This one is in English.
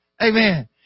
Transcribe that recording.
Amen